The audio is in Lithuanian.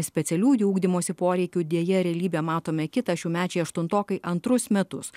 specialiųjų ugdymosi poreikių deja realybę matome kitą šiųmečiai aštuntokai antrus metus